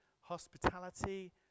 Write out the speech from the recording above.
hospitality